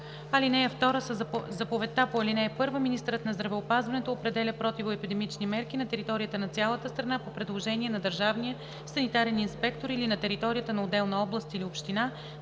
„(2) Със заповедта по ал. 1, министърът на здравеопазването определя противоепидемичните мерки на територията на цялата страна по предложение на държавния санитарен инспектор или на територията на отделна област или община,